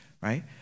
right